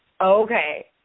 Okay